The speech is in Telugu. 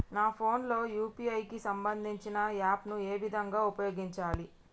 నా ఫోన్ లో యూ.పీ.ఐ కి సంబందించిన యాప్ ను ఏ విధంగా ఉపయోగించాలి?